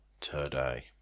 today